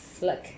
Look